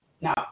Now